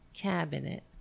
cabinet